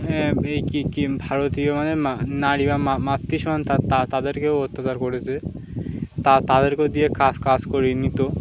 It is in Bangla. এই কি ভারতীয় মানে নারী বা মাতৃসম তাতাদেরকেও অত্যাচার করেছে তা তাদেরকেও দিয়ে কাজ কাজ করিয়ে নিত